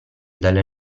dalle